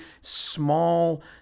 small